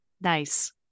Nice